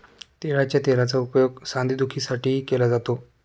तिळाच्या तेलाचा उपयोग सांधेदुखीसाठीही केला जातो